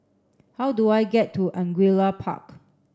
how do I get to Angullia Park